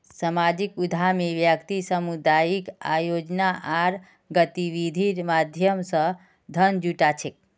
सामाजिक उद्यमी व्यक्ति सामुदायिक आयोजना आर गतिविधिर माध्यम स धन जुटा छेक